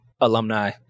alumni